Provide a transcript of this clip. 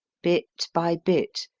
bit by bit,